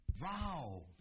Wow